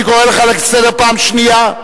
אני קורא אותך לסדר פעם שנייה.